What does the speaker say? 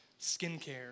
skincare